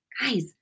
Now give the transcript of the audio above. Guys